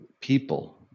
people